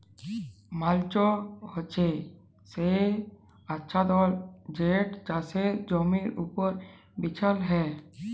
mulch হছে সে আচ্ছাদল যেট চাষের জমির উপর বিছাল হ্যয়